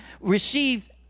received